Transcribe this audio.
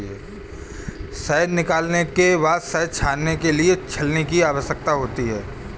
शहद निकालने के बाद शहद छानने के लिए छलनी की आवश्यकता होती है